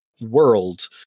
world